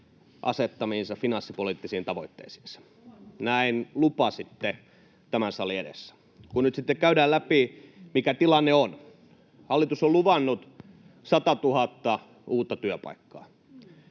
asettamiinsa finanssipoliittisiin tavoitteisiin. Näin lupasitte [Krista Kiuru: Kova lupaus!] tämän salin edessä. Kun nyt sitten käydään läpi, mikä tilanne on, niin hallitus on luvannut satatuhatta uutta työpaikkaa.